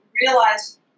realize